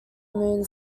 moon